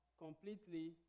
completely